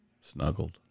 Snuggled